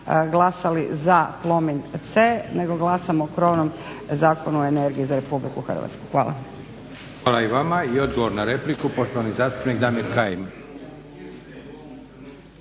glasali za Plomin C nego glasamo o krovnom Zakonu o energiju za Republiku Hrvatsku. Hvala. **Leko, Josip (SDP)** Hvala i vama. I odgovor na repliku poštovani zastupnik Damir Kajin.